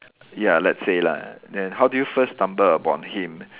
ya let's say lah then how do you first stumble upon him